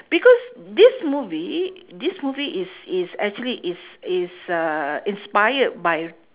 because this movie this movie is is actually is is uh inspired by